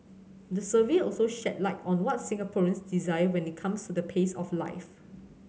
the survey also shed light on the what Singaporeans desire when it comes to the pace of life